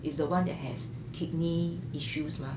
is the one that has kidney issues mah